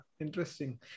Interesting